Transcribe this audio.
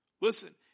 Listen